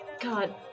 God